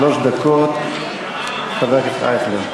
שלוש דקות, חבר הכנסת אייכלר.